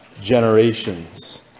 generations